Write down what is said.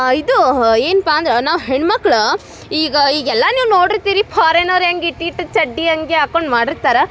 ಇದು ಹ ಏನಪ್ಪ ಅಂದ್ರೆ ನಾವು ಹೆಣ್ಣು ಮಕ್ಳು ಈಗ ಈಗ ಎಲ್ಲ ನೀವು ನೋಡಿರ್ತೀರಿ ಫಾರಿನರ್ ಹೆಂಗ್ ಇಷ್ಟ್ ಇಷ್ಟ್ ಚಡ್ಡಿ ಅಂಗಿ ಹಾಕ್ಕೊಂಡ್ ಮಾಡಿರ್ತಾರೆ